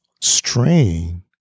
Strain